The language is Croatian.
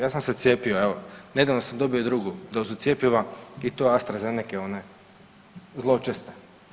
Ja sam se cijepio evo nedavno sam dobio i drugu dozu cjepiva i to Astrazenece one zločeste.